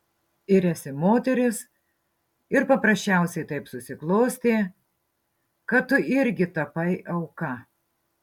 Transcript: ir esi moteris ir paprasčiausiai taip susiklostė kad tu irgi tapai auka